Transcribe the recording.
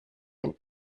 den